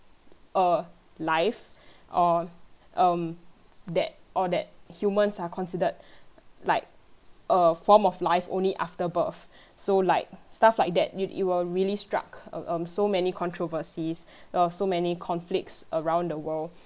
uh life or um that or that humans are considered like a form of life only after birth so like stuff like that it it will really struck um um so many controversies uh so many conflicts around the world